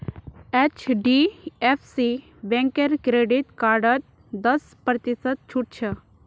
HDFC बैंकेर credit कार्डत दस प्रतिशत छूट छ